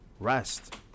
rest